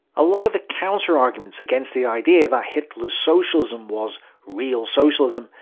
a lot of the counterarguments against the idea that hitler's socialism was real socialism,